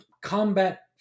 combat